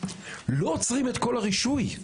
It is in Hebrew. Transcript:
לא עוצרים את כל הרישוי.